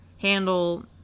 handle